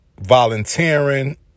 volunteering